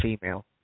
female